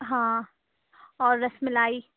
ہاں اور رس ملائی